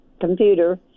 computer